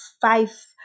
five